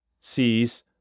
sees